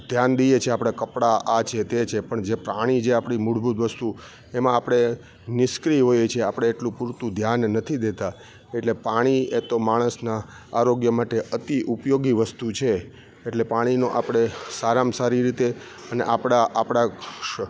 ધ્યાન દઈએ છીએ આપણા કપડા આ છે તે છે પણ જે પ્રાણી જે આપણી મૂળભૂત વસ્તુ એમાં આપણે નિષ્ક્રિય હોઈએ છીએ આપણે એટલું પૂરતું ધ્યાન નથી દેતા એટલે પાણી એ તો માણસનાં આરોગ્ય માટે અતિઉપયોગી વસ્તુ છે એટલે પાણીનો આપણે સારા માં સારી રીતે અને આપણા આપણા સ